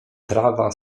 trawa